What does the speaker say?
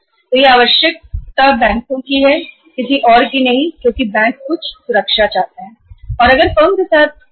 तो यह बैंक की आवश्यकता है किसी और की नहीं क्योंकि बैंक कुछ सुरक्षा चाहते हैं कि जैसे ही हमारा भुगतान होगा तो सुरक्षा कहां है